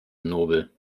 nobel